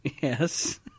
Yes